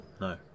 No